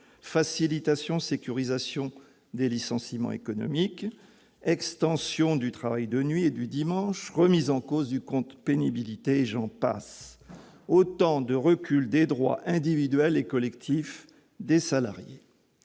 facilitation et sécurisation des licenciements économiques, extension du travail de nuit et du dimanche, remise en cause du compte pénibilité, et j'en passe ! Ce sont autant de reculs des droits individuels et collectifs des salariés.